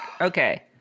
okay